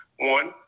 One